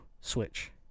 Switch